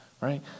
right